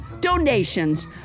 donations